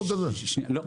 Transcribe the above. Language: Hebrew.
לא.